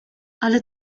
ale